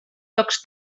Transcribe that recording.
tocs